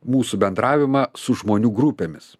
mūsų bendravimą su žmonių grupėmis